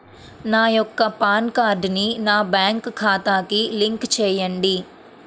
నా యొక్క పాన్ కార్డ్ని నా బ్యాంక్ ఖాతాకి లింక్ చెయ్యండి?